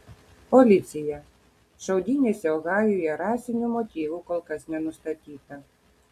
policija šaudynėse ohajuje rasinių motyvų kol kas nenustatyta